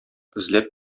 эзләп